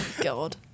God